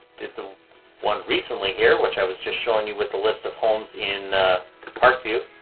did the one recently here, which i was just showing you with the list of homes in a parkview.